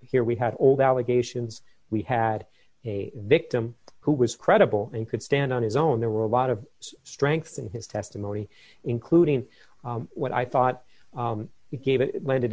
here we have old allegations we had a victim who was credible and could stand on his own there were a lot of strength in his testimony including what i thought he gave it made